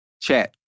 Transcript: chat